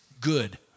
Good